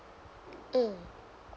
mm